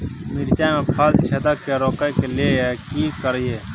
मिर्चाय मे फल छेदक के रोकय के लिये की करियै?